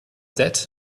debt